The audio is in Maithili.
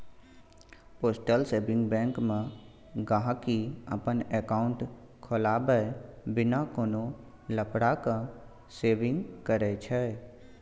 पोस्टल सेविंग बैंक मे गांहिकी अपन एकांउट खोलबाए बिना कोनो लफड़ा केँ सेविंग करय छै